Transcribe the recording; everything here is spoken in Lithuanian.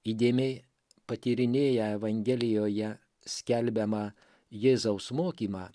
įdėmiai patyrinėję evangelijoje skelbiamą jėzaus mokymą